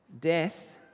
Death